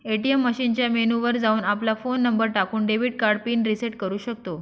ATM मशीनच्या menu वर जाऊन, आपला फोन नंबर टाकून, डेबिट कार्ड पिन रिसेट करू शकतो